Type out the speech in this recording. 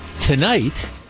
Tonight